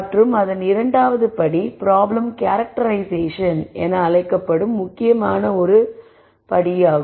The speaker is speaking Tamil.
மற்றும் அதன் இரண்டாவது படி ப்ராப்ளம் கேரக்டெரைஸ்சேஷன் என அழைக்கப்படும் முக்கியமான படியாகும்